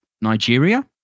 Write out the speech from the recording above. Nigeria